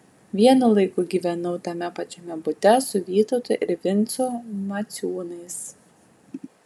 vienu laiku gyvenau tame pačiame bute su vytautu ir vincu maciūnais